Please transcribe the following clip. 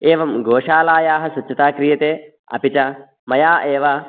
एवं गोशालायाः स्वच्छता क्रियते अपि च मया एव